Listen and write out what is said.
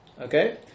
Okay